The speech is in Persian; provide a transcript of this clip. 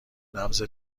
نبض